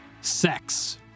Sex